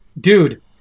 Dude